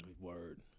Word